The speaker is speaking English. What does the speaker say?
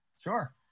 Sure